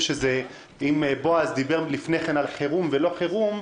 אם בועז טופורובסקי דיבר לפני כן על חירום ולא חירום,